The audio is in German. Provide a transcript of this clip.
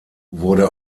wurde